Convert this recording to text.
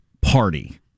party